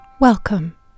Welcome